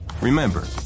remember